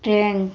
train